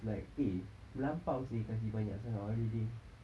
it's like eh melampau seh kasih banyak sangat holiday